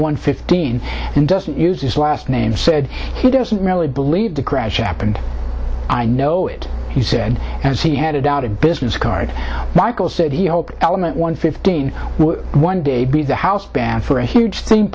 one fifteen and doesn't use his last name said he doesn't really believe the crash happened i know it he said as he headed out of business card michael said he hoped element one fifteen one day be the house band for a huge theme